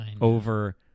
over